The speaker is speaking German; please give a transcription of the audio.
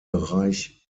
bereich